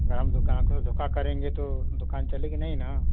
अगर हम दुकान धोखा करेंगे तो दुकान चलेगी नहीं ना